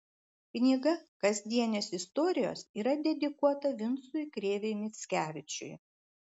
knyga kasdienės istorijos yra dedikuota vincui krėvei mickevičiui